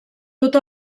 tot